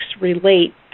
relate